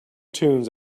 tunes